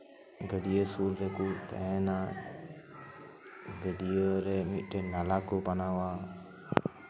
ᱜᱟᱹᱰᱭᱟᱹ ᱥᱩᱨ ᱨᱮᱠᱚ ᱛᱟᱦᱮᱱᱟ ᱜᱟᱹᱰᱭᱟᱹᱨᱮ ᱢᱤᱫ ᱴᱮᱱ ᱱᱟᱞᱟ ᱠᱚ ᱵᱮᱱᱟᱣᱟ